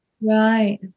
Right